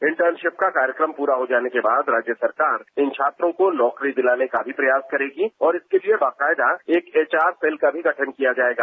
internship का कार्यक्रम पूरा हो जाने के बाद राज्य सरकार इन छात्रों को नौकरी दिलाने का भी प्रयास करेगी और इसके लिए बाकायदा एक एचआर सेल का भी गठन किया जायेगा